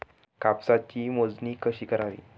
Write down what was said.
कापसाची मोजणी कशी करावी?